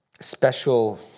special